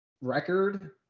record